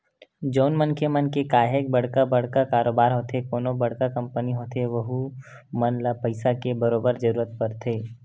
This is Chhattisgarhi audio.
जउन मनखे मन के काहेक बड़का बड़का कारोबार होथे कोनो बड़का कंपनी होथे वहूँ मन ल पइसा के बरोबर जरूरत परथे